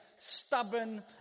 stubborn